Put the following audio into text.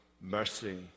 mercy